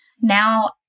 now